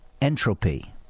Entropy